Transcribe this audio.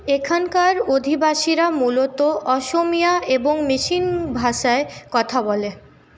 এখানকার অধিবাসীরা মূলত অসমীয়া এবং ভাষায় কথা বলে